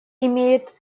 имеет